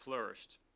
flourished.